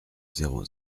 zéro